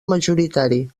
majoritari